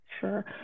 Sure